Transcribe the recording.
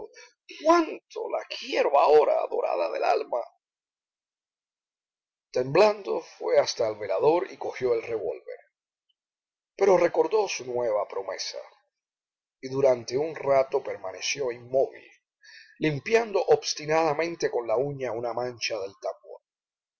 la quiero ahora adorada del alma temblando fué hasta el velador y cogió el revólver pero recordó su nueva promesa y durante un rato permaneció inmóvil limpiando obstinadamente con la uña una mancha del tambor